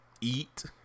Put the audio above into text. eat